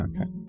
Okay